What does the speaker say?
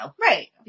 right